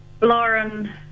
Lauren